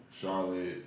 Charlotte